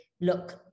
look